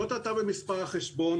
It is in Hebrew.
היא לא טעתה במספר החשבון,